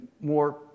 more